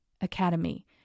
Academy